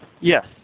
Yes